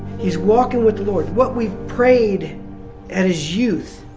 he's walking with the lord, what we prayed at his youth,